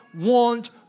want